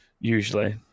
usually